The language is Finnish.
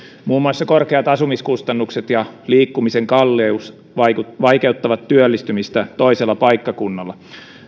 muun muassa korkeat asumiskustannukset ja liikkumisen kalleus vaikeuttavat vaikeuttavat työllistymistä toisella paikkakunnalla